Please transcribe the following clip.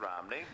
Romney